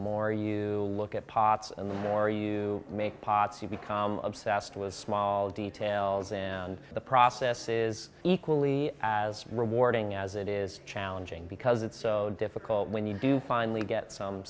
more you look at pots and the more you make pots you become obsessed with small details and the process is equally as rewarding as it is challenging because it's so difficult when you do finally get some